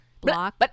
Block